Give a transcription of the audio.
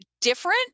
different